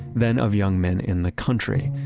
then of young men in the country,